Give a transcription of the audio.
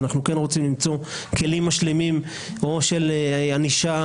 אנחנו רוצים למצוא כלים משלימים של ענישה